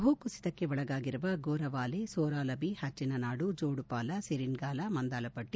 ಭೂಕುಸಿತಕ್ಕೆ ಒಳಗಾಗಿರುವ ಗೋರವಾಲೆ ಸೋರಾಲಬಿ ಹಚ್ಚಿನನಾಡು ಜೋಡುಪಾಲ ಸಿರಿನ್ಗಾಲ ಮಂದಾಲಪಟ್ಟ